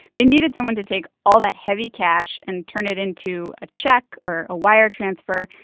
they needed someone to take all that heavy cash and turn it into a check, or a wire transfer,